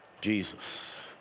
Jesus